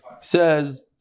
says